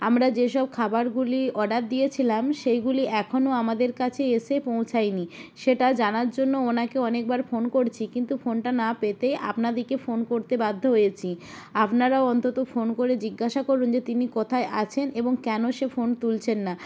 আমরা যেসব খাবারগুলি অর্ডার দিয়েছিলাম সেইগুলি এখনও আমাদের কাছে এসে পৌঁছায়নি সেটা জানার জন্য ওনাকে অনেকবার ফোন করছি কিন্তু ফোনটা না পেতে আপনাদেরকে ফোন করতে বাধ্য হয়েছি আপনারা অন্তত ফোন করে জিজ্ঞাসা করুন যে তিনি কোথায় আছেন এবং কেন সে ফোন তুলছেন না